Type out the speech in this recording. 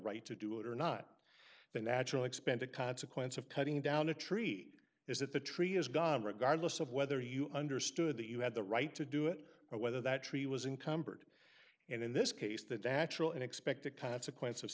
right to do it or not the natural expended consequence of cutting down a tree is that the tree is gone regardless of whether you understood that you had the right to do it or whether that tree was in cumbered and in this case that the actual and expected consequence of